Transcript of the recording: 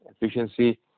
efficiency